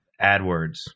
AdWords